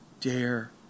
Dare